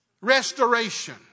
restoration